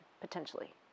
potentially